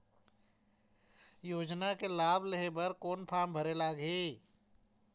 योजना के लाभ लेहे बर कोन फार्म भरे लगही?